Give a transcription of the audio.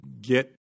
get